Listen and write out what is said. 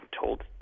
told